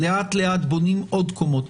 לאט לאט בונים עוד קומות,